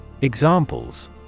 Examples